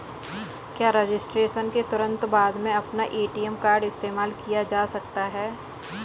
क्या रजिस्ट्रेशन के तुरंत बाद में अपना ए.टी.एम कार्ड इस्तेमाल किया जा सकता है?